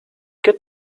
get